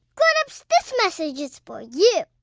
grown-ups, this message is for you.